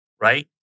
right